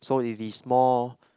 so it is more